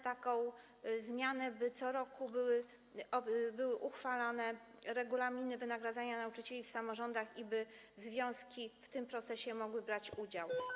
taką zmianę, by co roku były uchwalane regulaminy wynagradzania nauczycieli w samorządach i by związki w tym procesie mogły brać udział.